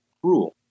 cruel